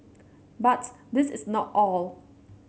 but this is not all